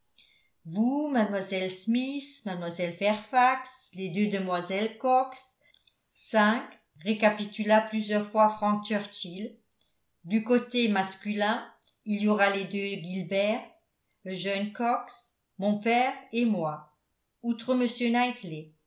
vous mlle smith mlle fairfax les deux demoiselles cox cinq récapitula plusieurs fois frank churchill du côté masculin il y aura les deux gilbert le jeune cox mon père et moi outre